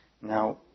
now